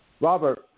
Robert